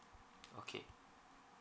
okay